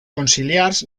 conciliars